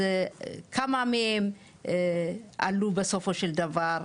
אז כמה מהם עלו בסופו של דבר?